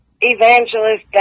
Evangelist